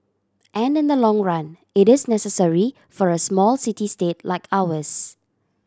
and in the long run it is necessary for a small city state like ours